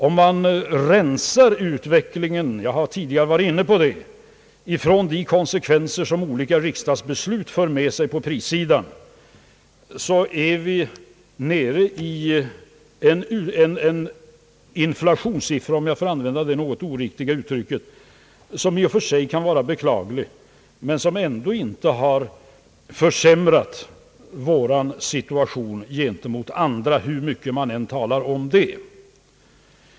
Om man rensar utvecklingen — jag har tidigare va rit inne på det — från de konsekvenser som olika riksdagsbeslut för med sig på prissidan, så är vi nere i en inflationssiffra — om jag får använda det något oriktiga uttrycket — som i och för sig kan vara beklaglig men som ändå inte har försämrat vår situation i förhållande till andra, hur mycket man än talar om det.